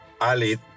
Ali